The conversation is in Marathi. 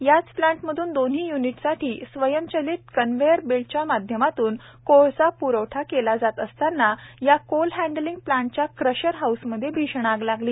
याचप्लांटमधूनदोन्हीयुनिटसाठीस्वयंचलितकन्व्हेअरबेल्टच्यामाध्यमातूनकोळसापुरवठाकेलाजातअसतांना याकोलहँडलिंगप्लांटच्याक्रशरहाऊसमध्येभीषणआगलागली